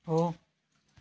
हो